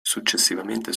successivamente